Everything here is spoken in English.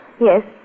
Yes